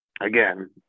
again